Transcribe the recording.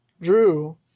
drew